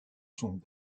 sont